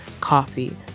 coffee